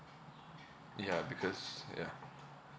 ya because yeah